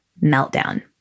meltdown